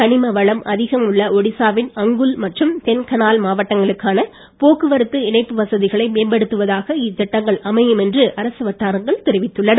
கனிம வளம் அதிகம் உள்ள ஒடிசாவின் அங்குல் மற்றும் தென்கனால் மாவட்டங்களுக்கான போக்குவரத்து இணைப்பு வசதிகளை மேம்படுத்துவதாக இத்திட்டங்கள் அமையும் என்று அரசு வட்டாரங்கள் தெரிவித்துள்ளன